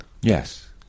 yes